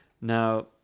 Now